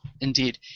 Indeed